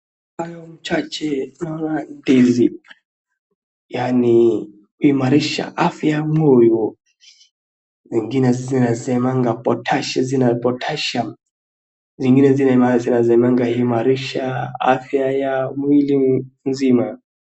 Kwa hayo machache naona ndizi, yaani kuimarisha afya ya moyo, wengine sasa wanasemanga zina potassium zingine wanasemanga inaimarisha afya ya mwili nzima.